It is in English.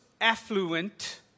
affluent